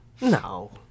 No